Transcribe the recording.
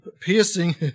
piercing